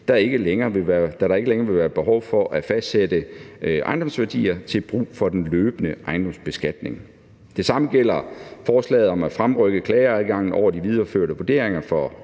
da der ikke længere vil være behov for at fastsætte ejendomsværdier til brug for den løbende ejendomsbeskatning. Det samme gælder forslaget om at fremrykke klageadgangen over de videreførte vurderinger for